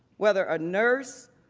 whether a nurse,